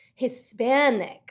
Hispanics